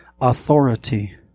authority